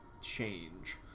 change